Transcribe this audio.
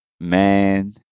Man